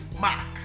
mark